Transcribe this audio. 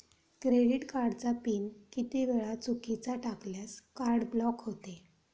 Credit कार्डचा pin किती वेळा चुकीचा टाकल्यास कार्ड ब्लॉक होते?